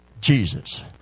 Jesus